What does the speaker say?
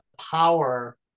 power